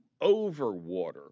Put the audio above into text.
overwater